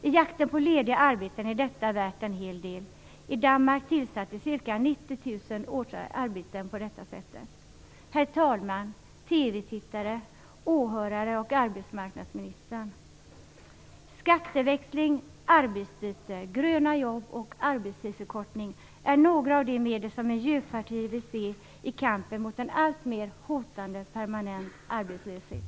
I jakten på lediga arbeten är detta värt en del. I Danmark tillsattes ca 90 000 arbeten på detta sätt. Herr talman! TV-tittare, åhörare och arbetsmarknadsministern! Skatteväxling, arbetsbyte, gröna jobb och arbetstidsförkortning är några av de medel som Miljöpartiet vill se i kampen mot en alltmer hotande, permanent arbetslöshet.